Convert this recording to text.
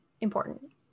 important